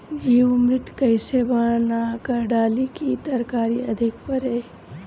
जीवमृत कईसे बनाकर डाली की तरकरी अधिक फरे?